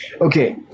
Okay